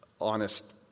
honest